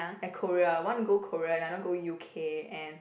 like Korea one want go Korea and another go U_K and